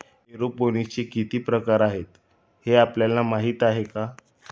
एरोपोनिक्सचे किती प्रकार आहेत, हे आपल्याला माहित आहे का?